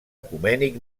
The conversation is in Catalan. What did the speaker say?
ecumènic